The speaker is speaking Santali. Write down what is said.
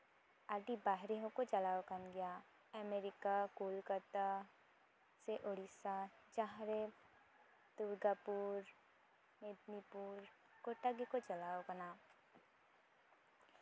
ᱟᱹᱰᱤ ᱵᱟᱦᱨᱮ ᱦᱚᱸᱠᱚ ᱪᱟᱞᱟᱣ ᱟᱠᱟᱱ ᱜᱮᱭᱟ ᱟᱢᱮᱨᱤᱠᱟ ᱠᱳᱞᱠᱟᱛᱟ ᱥᱮ ᱳᱰᱤᱥᱟ ᱡᱟᱦᱟᱸ ᱨᱮ ᱫᱩᱨᱜᱟᱯᱩᱨ ᱢᱮᱫᱽᱱᱤᱯᱩᱨ ᱜᱳᱴᱟ ᱜᱮᱠᱚ ᱪᱟᱞᱟᱣ ᱠᱟᱱᱟ